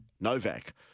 Novak